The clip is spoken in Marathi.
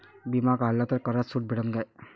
बिमा काढला तर करात सूट भेटन काय?